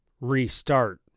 restart